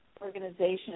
organization